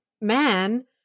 man